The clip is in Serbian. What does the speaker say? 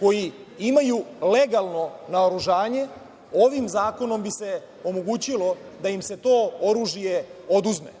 koji imaju legalno naoružanje. Ovim zakonom bi se omogućilo da im se to oružje oduzme.